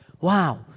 Wow